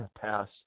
pass